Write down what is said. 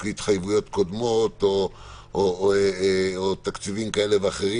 התחייבויות קודמות או תקציבים כאלה ואחרים.